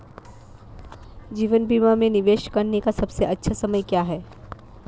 जीवन बीमा में निवेश करने का सबसे अच्छा समय क्या है?